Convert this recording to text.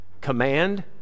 command